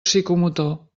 psicomotor